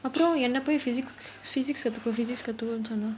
அப்புறம் என்ன போய்:appuram enna poi physics physics கத்துக்கோனு சொன்ன:kathukonu sonna